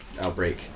outbreak